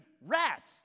rest